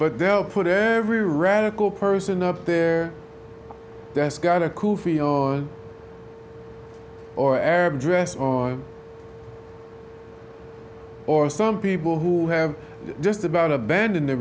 but they'll put every radical person up there that's got a coffee on or arab dress on or some people who have just about aband